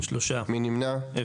3 נמנעים,